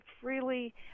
freely